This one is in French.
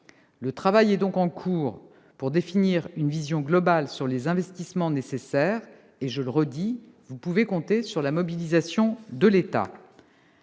Le travail est donc en cours pour définir une vision globale des investissements nécessaires. Je le répète, monsieur le sénateur, vous pouvez compter sur la mobilisation de l'État.